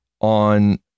on